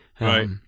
right